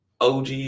OG